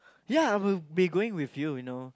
ya I will be going with you you know